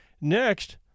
Next